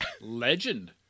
Legend